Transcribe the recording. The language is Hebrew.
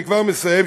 אני כבר מסיים,